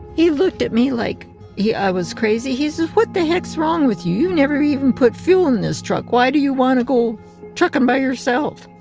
he looked at me like i was crazy. he says, what the heck's wrong with you? you never even put fuel on this truck. why do you want to go trucking by yourself?